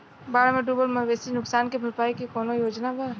बाढ़ में डुबल मवेशी नुकसान के भरपाई के कौनो योजना वा?